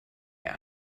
mehr